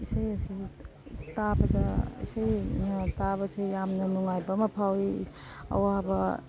ꯏꯁꯩ ꯑꯁꯤ ꯇꯥꯕꯗ ꯏꯁꯩꯅ ꯇꯥꯕꯁꯦ ꯌꯥꯝꯅ ꯅꯨꯡꯉꯥꯏꯕ ꯑꯃ ꯐꯥꯎꯏ ꯑꯋꯥꯕ